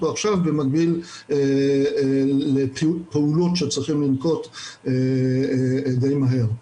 עכשיו במקביל לפעולות שצריכים לנקוט די מהר.